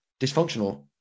dysfunctional